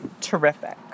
terrific